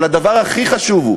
אבל הדבר הכי חשוב הוא